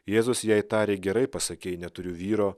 jėzus jai tarė gerai pasakei neturiu vyro